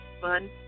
fun